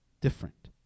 different